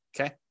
okay